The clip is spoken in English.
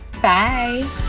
Bye